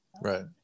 Right